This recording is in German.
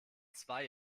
zwei